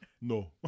No